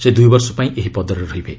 ସେ ଦୁଇ ବର୍ଷ ପାଇଁ ଏହି ପଦରେ ରହିବେ